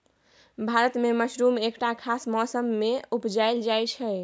भारत मे मसरुम एकटा खास मौसमे मे उपजाएल जाइ छै